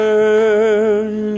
Turn